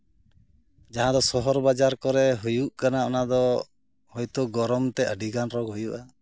ᱡᱟᱦᱟᱸ ᱫᱚ ᱥᱚᱦᱚᱨ ᱵᱟᱡᱟᱨ ᱠᱚᱨᱮ ᱦᱩᱭᱩᱜ ᱠᱟᱱᱟ ᱚᱱᱟᱫᱚ ᱦᱳᱭᱛᱳ ᱜᱚᱨᱚᱢᱛᱮ ᱟᱹᱰᱤᱜᱟᱱ ᱨᱳᱜᱽ ᱦᱩᱭᱩᱜᱼᱟ